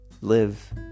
live